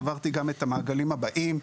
עברתי גם את המעגלים הבאים.